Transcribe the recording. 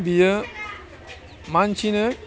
बियो मानसिनो